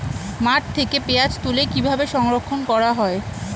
মাঠ থেকে পেঁয়াজ তুলে কিভাবে সংরক্ষণ করা হয়?